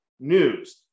news